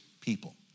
people